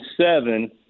seven